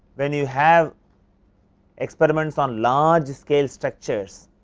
when you have experiments on large scale structures